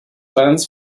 funds